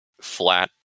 flat